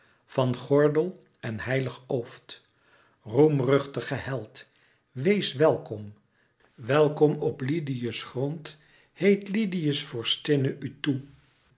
van gordel en heilig ooft roemruchtige held wees welkom welkom op lydië's grond heet lydië's vorstinne u toe